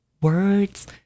words